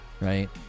Right